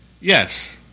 yes